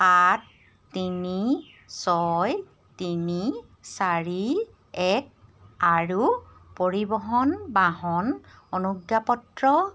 সাত তিনি ছয় তিনি চাৰি এক আৰু পৰিবহণ বাহন অনুজ্ঞাপত্ৰ